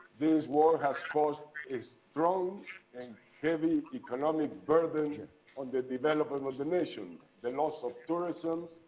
this war has caused a strong and heavy economic burden on the development of the mission. the loss of tourism,